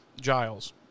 Giles